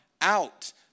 out